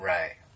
Right